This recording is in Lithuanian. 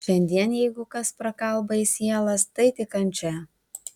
šiandien jeigu kas prakalba į sielas tai tik kančia